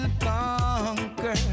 conquer